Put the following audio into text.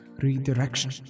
redirection